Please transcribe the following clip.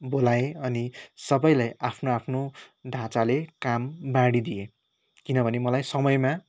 बोलाएँ अनि सबैलाई आफ्नो आफ्नो ढाँचाले काम बाढिदिए किनभने मलाई समयमा